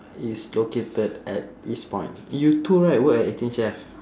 it's located at eastpoint you too right work at eighteen chef